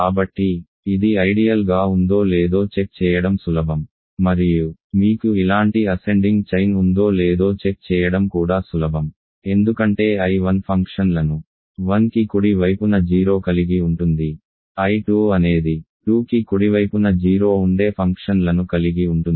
కాబట్టి ఇది ఐడియల్ గా ఉందో లేదో చెక్ చేయడం సులభం మరియు మీకు ఇలాంటి అసెండింగ్ చైన్ ఉందో లేదో చెక్ చేయడం కూడా సులభం ఎందుకంటే I1 ఫంక్షన్లను 1కి కుడి వైపున 0 కలిగి ఉంటుంది I2 అనేది 2కి కుడివైపున 0 ఉండే ఫంక్షన్లను కలిగి ఉంటుంది